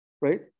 right